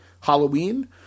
Halloween